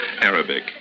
Arabic